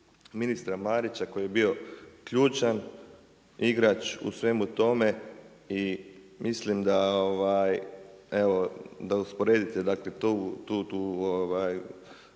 ministra Marića koji je bio ključan igrač u svemu tome i mislim da usporedite